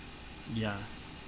ya